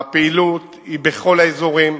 הפעילות היא בכל האזורים,